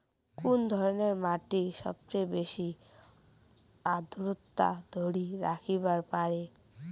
কুন ধরনের মাটি সবচেয়ে বেশি আর্দ্রতা ধরি রাখিবার পারে?